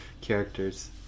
characters